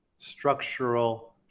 structural